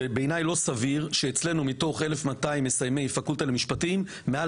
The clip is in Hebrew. הנקודה הראשונה שאצלנו מתוך 1,200 מסיימי הפקולטה המשפטים כל